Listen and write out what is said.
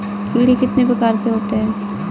कीड़े कितने प्रकार के होते हैं?